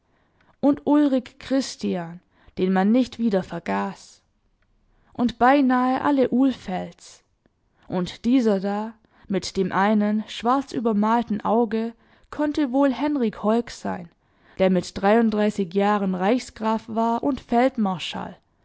und ulrik christian den man nicht wieder vergaß und beinahe alle ulfelds und dieser da mit dem einen schwarzübermalten auge konnte wohl henrik holck sein der mit dreiunddreißig jahren reichsgraf war und